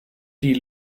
die